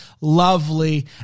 lovely